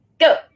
go